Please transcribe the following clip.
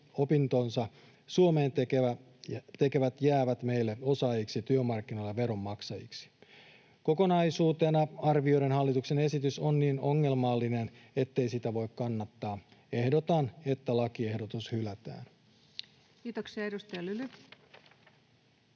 opintonsa Suomeen tekevät jäävät meille osaajiksi työmarkkinoille ja veronmaksajiksi. Kokonaisuutena arvioiden hallituksen esitys on niin ongelmallinen, ettei sitä voi kannattaa. Ehdotan, että lakiehdotus hylätään. Kiitoksia. — Edustaja Lyly.